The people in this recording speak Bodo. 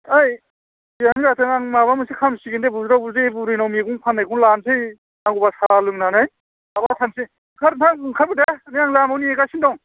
ओइ जियानो जाथों आं माबा मोनसे खालामसिगोन दे बुज्राव बुज्रि बुरिनाव मैगं फान्नायखौनो लासै नांगौबा साहा लोंनानै माबार थांसै ओंखारना था ओंखारबो दे नै आं लामायाव नेगासिनो दं